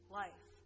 life